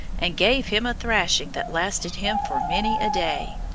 and gave him a thrashing that lasted him for many a day.